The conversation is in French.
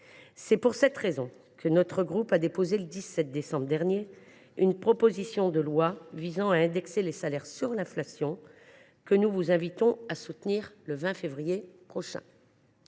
Citoyen et Écologiste – Kanaky a déposé, le 17 décembre dernier, une proposition de loi visant à indexer les salaires sur l’inflation que nous vous invitons à soutenir le 20 février prochain,